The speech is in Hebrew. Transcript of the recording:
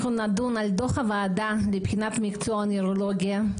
אנחנו נדון על דוח הוועדה לבחינת מקצוע הנוירולוגיה.